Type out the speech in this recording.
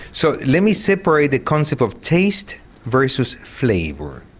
so let me separate the concept of taste versus flavour.